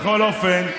בכל אופן,